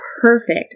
perfect